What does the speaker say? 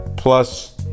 plus